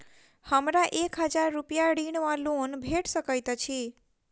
हमरा एक हजार रूपया ऋण वा लोन भेट सकैत अछि?